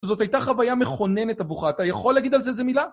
זאת הייתה חוויה מכוננת עבורך, אתה יכול להגיד על זה איזה מילה?